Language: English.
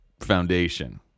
foundation